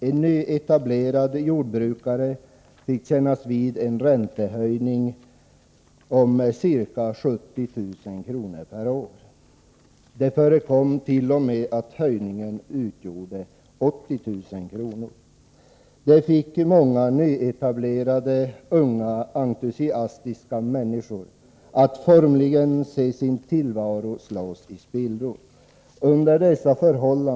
En nyetablerad jordbrukare fick kännas vid en höjning av räntebetalningarna om ca 70 000 kr. år. Det ledde till att många nyetablerade, unga, entusiastiska människor fick se sin tillvaro formligen slås i spillror.